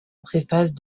préface